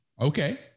Okay